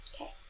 Okay